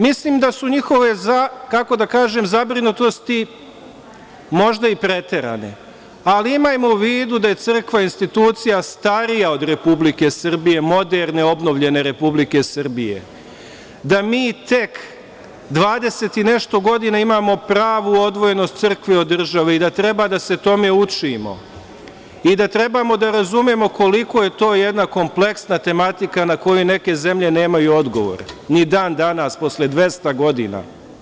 Mislim da su njihove, kako da kažem, zabrinutosti, možda i preterane, ali imajmo u vidu da je crkva institucija starija od Republike Srbije, moderne, obnovljene Republike Srbije, da mi tek 20 i nešto godina imamo pravu odvojenost crkve od države i da treba da se tome učimo, i da trebamo da razumemo koliko je to jedna kompleksna tematika na koju neke zemlje nemaju odgovore, ni dan danas posle 200 godina.